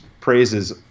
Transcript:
praises